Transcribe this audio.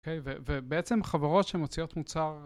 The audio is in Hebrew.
ובעצם חברות שמוציאות מוצר.